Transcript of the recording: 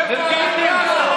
נרגעתם?